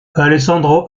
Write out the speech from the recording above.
alessandro